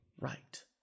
right